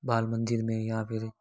बालमंदिर में या फिर